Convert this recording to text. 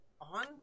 on